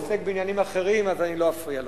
יש פה שר שעוסק בעניינים אחרים, אז לא אפריע לו.